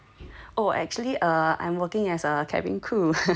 oh actually err I'm working as a cabin crew yeah